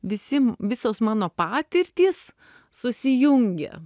visi visos mano patirtys susijungia